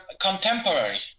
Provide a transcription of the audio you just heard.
contemporary